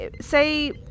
say